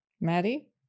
maddie